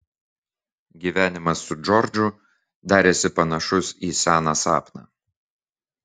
gyvenimas su džordžu darėsi panašus į seną sapną